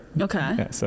Okay